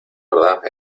verdad